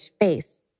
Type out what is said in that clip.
face